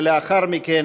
לאחר מכן,